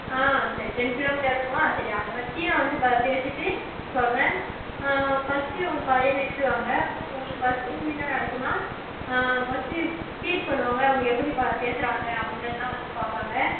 ஆ சரி ten kilometre இருக்குமா சரி அதை வச்சு நான் வந்து ப பேசிவிட்டு சொல்கிறேன் ஃபஸ்ட்டு உங்கள் பையனை இட்டுகிட்டு வாங்க உங்களுக்கு ஃபஸ்ட்டு வந்து என்ன நடக்குன்னால் ஃபஸ்ட்டு டீச் பண்ணுவாங்க அவங்க எப்படி ப பேசுகிறாங்க அப்படின்றதெல்லாம் ஃபஸ்ட் பார்ப்பாங்க